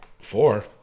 Four